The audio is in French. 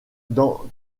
dans